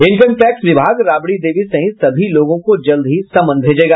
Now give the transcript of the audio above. income tax विभाग राबड़ी देवी सहित सभी लोगों को जल्द ही समन भेजेगा